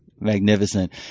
magnificent